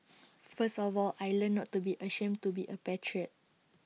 first of all I learnt not to be ashamed to be A patriot